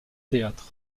théâtre